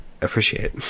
appreciate